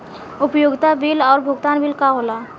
उपयोगिता बिल और भुगतान बिल का होला?